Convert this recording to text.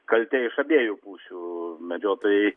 kaltė iš abiejų pusių medžiotojai